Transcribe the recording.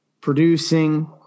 producing